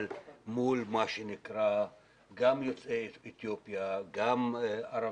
אבל מול מה שנקרא גם יוצאי אתיופיה וגם ערבים.